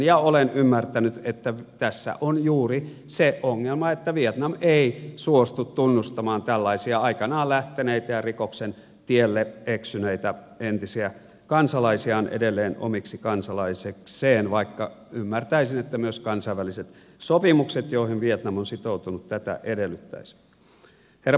ja olen ymmärtänyt että tässä on juuri se ongelma että vietnam ei suostu tunnustamaan tällaisia aikanaan lähteneitä ja rikoksen tielle eksyneitä entisiä kansalaisiaan edelleen omiksi kansalaisikseen vaikka ymmärtäisin että myös kansainväliset sopimukset joihin vietnam on sitoutunut tätä edellyttäisivät